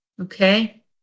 Okay